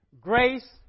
grace